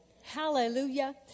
Hallelujah